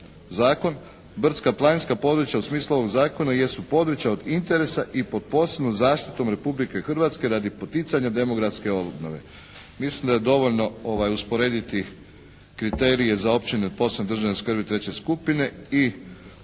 zakon brdsko-planinska područja u smislu ovog Zakona jesu područja od interesa i pod posebnom zaštitom Republike Hrvatske radi poticanja demografske obnove. Mislim da je dovoljno usporediti kriterije za općine od posebne državne treće skupine